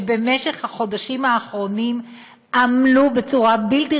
שבמשך החודשים האחרונים עמלו בצורה בלתי